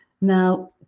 Now